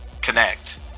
Connect